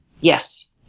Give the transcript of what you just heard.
Yes